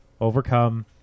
overcome